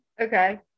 okay